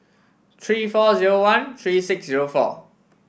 three four zero one three six zero four